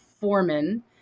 Foreman